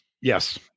yes